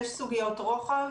יש סוגיות רוחב